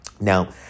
Now